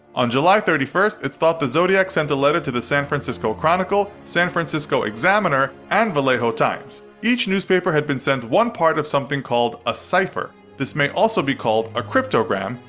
on july thirty first it's thought the zodiac sent a letter to the san francisco chronicle, san francisco examiner and vallejo times. each newspaper had been sent one part of something called a cipher, this may also be called a cryptogram,